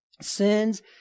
sins